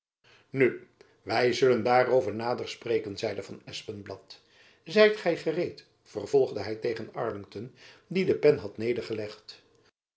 nu wy zullen daarover nader spreken zeide van espenblad zijt gy gereed vervolgde hy tegen arlington die de pen had nedergelegd